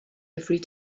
every